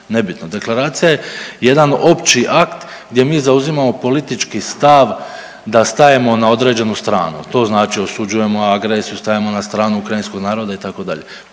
Deklaracija je jedan opći akt gdje mi zauzimamo politički stav da stajemo na određenu stranu. To znači osuđujemo agresiju, stajemo na stranu ukrajinskog naroda itd.